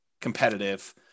competitive